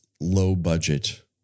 low-budget